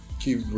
keep